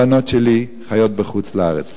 הבנות שלי חיות בחוץ-לארץ.